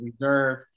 reserve